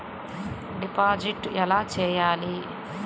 Deposit ఎలా చెయ్యాలి?